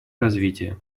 развитие